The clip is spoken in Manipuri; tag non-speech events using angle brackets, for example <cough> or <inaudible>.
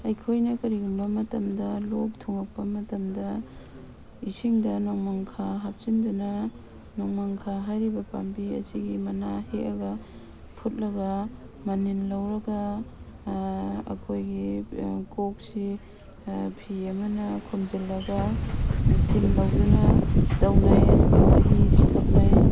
ꯑꯩꯈꯣꯏꯅ ꯀꯔꯤꯒꯨꯝꯕ ꯃꯇꯝꯗ ꯂꯣꯛ ꯊꯨꯡꯉꯛꯄ ꯃꯇꯝꯗ ꯏꯁꯤꯡꯗ ꯅꯣꯡꯃꯪꯈꯥ ꯍꯥꯞꯆꯤꯟꯗꯨꯅ ꯅꯣꯡꯃꯪꯈꯥ ꯍꯥꯏꯔꯤꯕ ꯄꯥꯝꯕꯤ ꯑꯁꯤꯒꯤ ꯃꯅꯥ ꯍꯦꯛꯑꯒ ꯐꯨꯠꯂꯒ ꯃꯅꯤꯟ ꯂꯧꯔꯒ ꯑꯩꯈꯣꯏꯒꯤ ꯀꯣꯛꯁꯤ ꯐꯤ ꯑꯃꯅ ꯈꯨꯝꯖꯤꯜꯂꯒ ꯏꯁꯇꯤꯝ ꯇꯧꯗꯨꯅ ꯇꯧꯔꯦ <unintelligible>